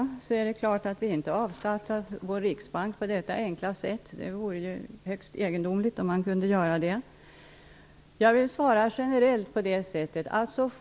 Det är klart att vi inte skall avskaffa vår Riksbank på detta sätt. Det vore egendomligt om det gick till så.